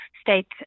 state